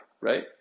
right